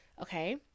okay